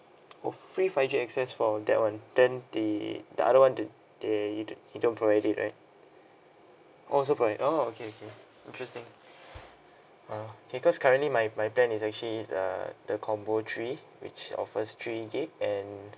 oh free five G access for that [one] then the the other [one] do they you don~ you don't provide it right also provide oh okay okay interesting uh K because currently my my plan is actually uh the combo three which offers three gigabyte and